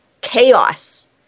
chaos